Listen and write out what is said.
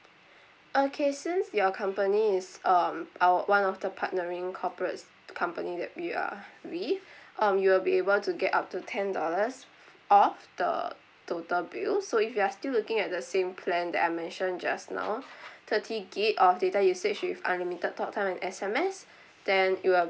okay since your company is um our one of the partnering corporates company that we are with um you will be able to get up to ten dollars off the total bill so if you are still looking at the same plan that I mentioned just now thirty gig of data usage with unlimited talk time and S_M_S then it will